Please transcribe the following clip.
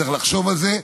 צריך לחשוב על זה.